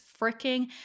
freaking